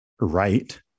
right